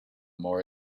more